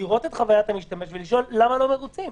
לראות את חווית המשתמש ולשאול למה לא מרוצים.